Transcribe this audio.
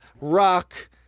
rock